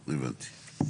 הבנתי.